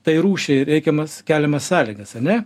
tai rūšiai reikiamas keliamas sąlygas ane